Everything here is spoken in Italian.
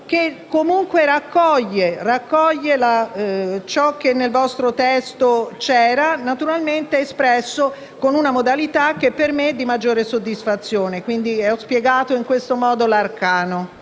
che comunque raccoglie ciò che c'era nel vostro testo, ma espresso con una modalità che per me è di maggiore soddisfazione. Ho spiegato in questo modo l'arcano.